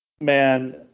Man